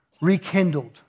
rekindled